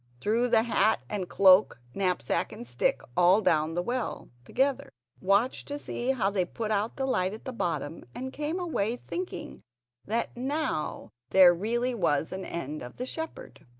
threw the hat and cloak, knapsack and stick all down the well together, watched to see how they put out the light at the bottom and came away, thinking that now there really was an end of the shepherd.